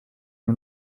nie